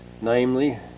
Namely